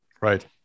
right